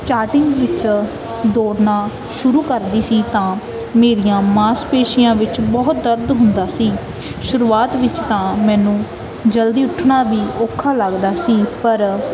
starting ਵਿੱਚ ਦੌੜਨਾ ਸ਼ੁਰੂ ਕਰਦੀ ਸੀ ਤਾਂ ਮੇਰੀਆਂ ਮਾਸਪੇਸ਼ੀਆਂ ਵਿੱਚ ਬਹੁਤ ਦਰਦ ਹੁੰਦਾ ਸੀ ਸ਼ੁਰੂਆਤ ਵਿੱਚ ਤਾਂ ਮੈਨੂੰ ਜਲਦੀ ਉੱਠਣਾ ਵੀ ਔਖਾ ਲੱਗਦਾ ਸੀ ਪਰ